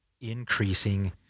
increasing